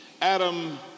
Adam